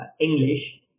English